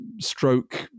stroke